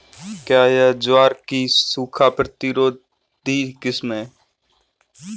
क्या यह ज्वार की सूखा प्रतिरोधी किस्म है?